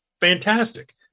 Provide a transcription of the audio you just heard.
fantastic